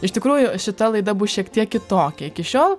iš tikrųjų šita laida bus šiek tiek kitokia iki šiol